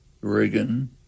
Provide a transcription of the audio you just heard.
Reagan